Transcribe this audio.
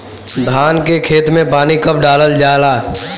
धान के खेत मे पानी कब डालल जा ला?